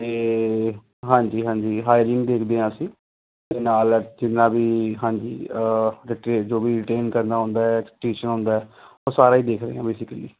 ਅਤੇ ਹਾਂਜੀ ਹਾਂਜੀ ਹਾਇਰਿੰਗ ਦੇਖਦੇ ਹਾਂ ਅਸੀਂ ਅਤੇ ਨਾਲ ਆ ਜਿੰਨਾ ਵੀ ਹਾਂਜੀ ਡਿਟੇਸ ਜੋ ਵੀ ਡੀਟੇਨ ਕਰਨਾ ਹੁੰਦਾ ਪਟੀਸ਼ਨ ਹੁੰਦਾ ਉਹ ਸਾਰਾ ਹੀ ਦੇਖਦੇ ਹਾਂ ਬੇਸੀਕਲੀ